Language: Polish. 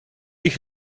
ich